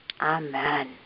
Amen